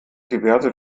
diverse